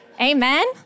amen